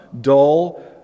dull